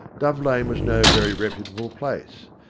dove lane was no very reputable place,